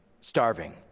starving